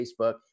Facebook